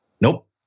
nope